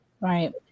Right